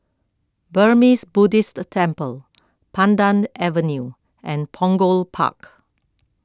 Burmese Buddhist Temple Pandan Avenue and Punggol Park